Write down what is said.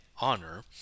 honor